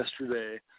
yesterday